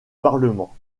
parlement